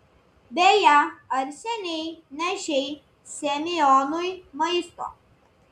beje ar seniai nešei semionui maisto